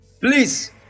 Please